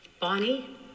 Bonnie